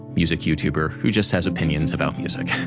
music youtuber, who just has opinions about music